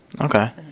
okay